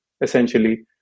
essentially